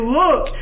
look